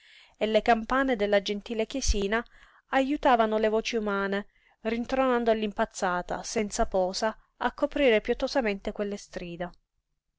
e le campane della gentile chiesina ajutavano le voci umane rintronando all'impazzata senza posa a coprire pietosamente quelle strida